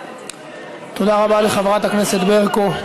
תודה רבה לחברת הכנסת ברקו.